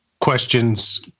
questions